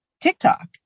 TikTok